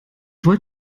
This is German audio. wollt